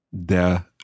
Der